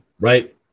Right